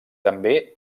també